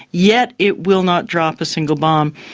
yet it will not drop a single bomb.